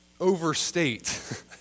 overstate